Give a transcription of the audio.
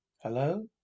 Hello